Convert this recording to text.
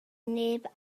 neb